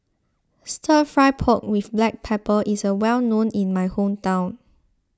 Stir Fry Pork with Black Pepper is well known in my hometown